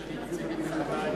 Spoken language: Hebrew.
כשאני מציג את נכדי,